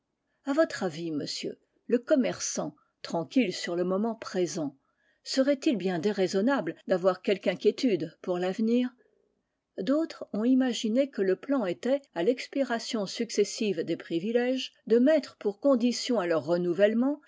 à votre avis monsieur le commerçant tranquille sur le moment présent serait-il bien déraisonnable d'avoir quelque inquiétude pour l'avenir d'autres ont imaginé que le plan était à l'expiration successive des privilèges de mettre pour condition à leur renouvellement